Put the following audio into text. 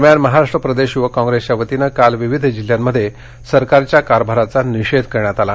दरम्यान महाराष्ट् प्रदेश युवक कॅप्रेसच्या वतीनं काल विविध जिल्ह्यांमध्ये सरकारच्या कारभाराचा निषेध करण्यात आला